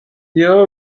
dira